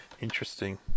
interesting